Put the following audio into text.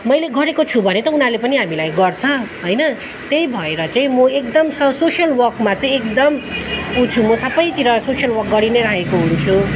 मैले गरेको छु भने त उनीहरूले पनि हामीलाई गर्छ होइन त्यही भएर चाहिँ म एकदम सोसियल वर्कमा चाहिँ एकदम उ छु म सबैतिर सोसियल वर्क गरी नै राखेको हुन्छु